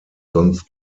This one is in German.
sonst